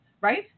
right